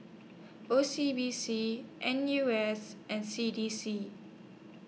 O C B C N U S and C D C